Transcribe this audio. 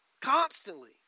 Constantly